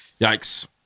Yikes